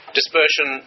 dispersion